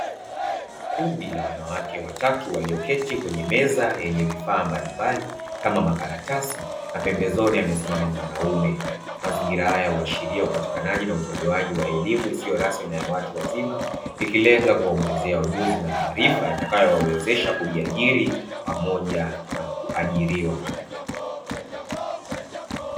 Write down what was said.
Kundi la wanawake watatu walioketi kwenye meza yenye vifaa mbalimbali kama makaratasi na pembezoni amesimama mwanaume. Mazingira haya huashiria upatikanaji na utolewaji wa elimu isiyo rasmi na ya watu wazima ikilenga kuwaongezea ujuzi na maarifa yatakayowawezesha kujiajiri pamoja na kuajiliwa.